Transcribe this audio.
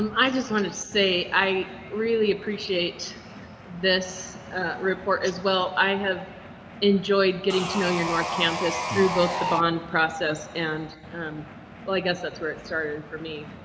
um i just wanted to say i really appreciate this report as well. i have enjoyed getting to know your north campus through both the bond process and um i guess that's where it started for me.